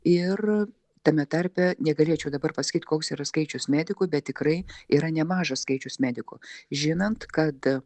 ir tame tarpe negalėčiau dabar pasakyt koks yra skaičius medikų bet tikrai yra nemažas skaičius medikų žinant kad